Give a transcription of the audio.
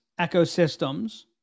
ecosystems